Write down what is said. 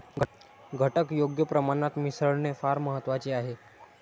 घटक योग्य प्रमाणात मिसळणे फार महत्वाचे आहे